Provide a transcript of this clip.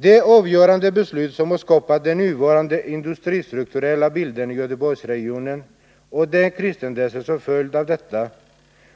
De avgörande beslut som har skapat den nuvarande industristrukturella bilden i Göteborgsregionen och de kristendenser som följt av detta